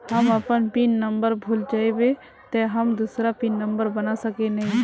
हम अपन pin number भूल जयबे ते हम दूसरा पिन नंबर बना सके है नय?